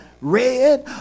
red